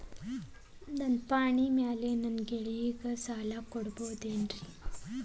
ನನ್ನ ಪಾಣಿಮ್ಯಾಲೆ ನನ್ನ ಗೆಳೆಯಗ ಸಾಲ ಕೊಡಬಹುದೇನ್ರೇ?